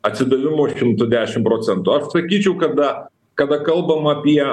atsidavimu šimtu dešim procentų aš sakyčiau kada kada kalbam apie